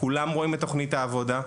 כולם רואים את תוכנית העבודה,